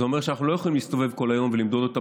זה אומר שאנחנו לא יכולים להסתובב כל היום ולמדוד אותה